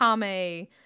kame